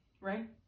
Right